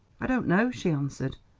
i don't know, she answered,